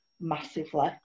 massively